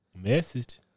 Message